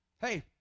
Hey